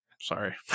Sorry